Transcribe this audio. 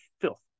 filth